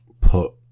put